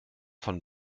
von